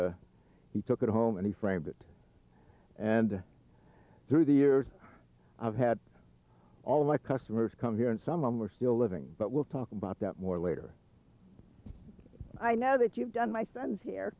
he took it home and he framed it and through the years i've had all my customers come here and some of them are still living but we'll talk about that more later i know that you've done my son's here